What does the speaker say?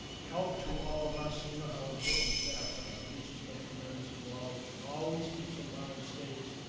help to all of us. you know how important the staffs are. and he's just been tremendous through all of it. he always keeps in mind states,